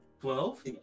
Twelve